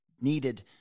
needed